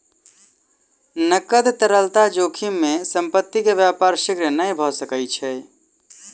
नकद तरलता जोखिम में संपत्ति के व्यापार शीघ्र नै भ सकै छै